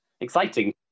Exciting